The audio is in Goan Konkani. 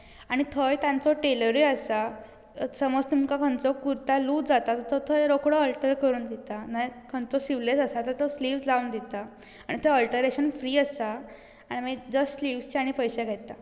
आनी थंय तांचो टेलरय आसा समज तुमकां खंयचो कुर्ता लूज जाता थंय रोकडो अल्टर करून दिता खयंचो स्लिवलेस आसा जाल्यार तो स्लिव लावन दिता आनी थंय अल्टरेशन फ्री आसा आनी तो स्लीवशे पयशे घेता